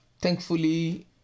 thankfully